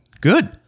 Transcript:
Good